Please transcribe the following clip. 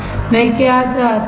मैं क्या चाहता हूँ